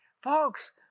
Folks